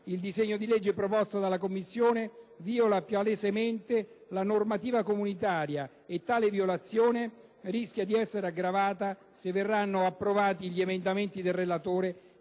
il disegno di legge proposto dalla Commissione viola palesemente la normativa comunitaria e tale violazione rischia di essere aggravata se verranno approvati gli emendamenti del relatore